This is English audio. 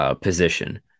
position